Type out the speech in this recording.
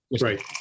right